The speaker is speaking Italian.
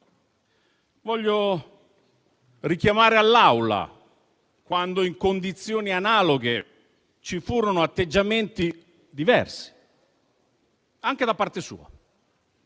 Desidero richiamare all'Assemblea quando, in condizioni analoghe, ci furono atteggiamenti diversi, anche da parte sua.